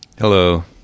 Hello